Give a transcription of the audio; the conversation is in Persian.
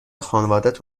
خانوادت